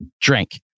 drink